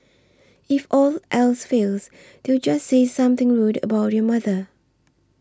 if all else fails they'd just say something rude about your mother